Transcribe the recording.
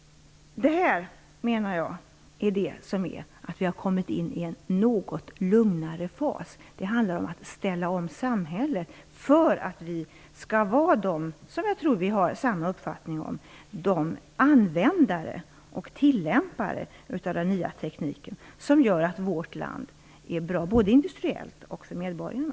Jag menar att vi har kommit in i en något lugnare fas. Det handlar om att ställa om samhället för att vi - jag tror att vi har samma uppfattning om detta - skall bli sådana användare och tillämpare av den nya tekniken att vårt land blir bra både industriellt och för medborgarna.